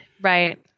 Right